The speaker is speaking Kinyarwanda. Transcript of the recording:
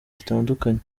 zitandukanye